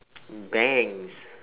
bangs